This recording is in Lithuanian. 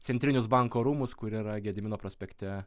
centrinius banko rūmus kur yra gedimino prospekte